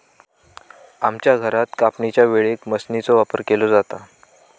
आमच्या घरात कापणीच्या वेळेक मशीनचो वापर केलो जाता